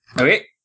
Okay